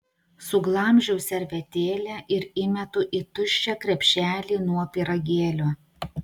suglamžau servetėlę ir įmetu į tuščią krepšelį nuo pyragėlių